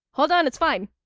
hold on. it's fine.